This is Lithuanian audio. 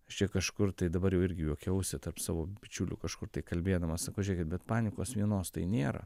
čia kažkur tai dabar irgi juokiausi tarp savo bičiulių kažkur tai kalbėdamas sakau žiūrėkit bet panikos vienos tai nėra